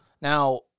Now